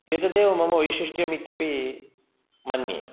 एतदेव मम वैशिष्ट्यमित्यपि मन्ये